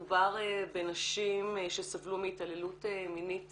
מדובר בנשים שסבלו מהתעללות מינית